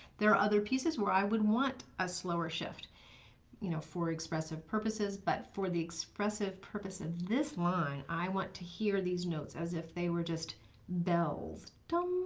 there are other pieces where i would want a slower shift you know for expressive purposes, but for the expressive purpose pf and this line, i want to hear these notes as if they were just bells, dom,